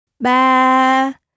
Ba